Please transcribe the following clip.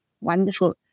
Wonderful